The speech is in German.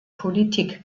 politik